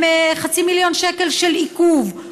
חצי מיליון שקל של עיכוב,